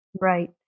Right